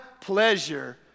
pleasure